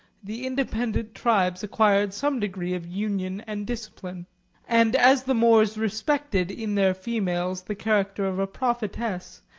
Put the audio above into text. the independent tribes acquired some degree of union and discipline and as the moors respected in their females the character of a prophetess,